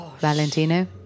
Valentino